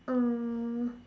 um